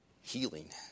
healing